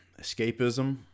escapism